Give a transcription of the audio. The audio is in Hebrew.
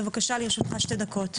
בבקשה לרשותך שתי דקות.